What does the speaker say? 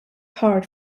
hard